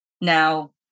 now